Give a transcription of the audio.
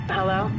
Hello